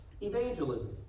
evangelism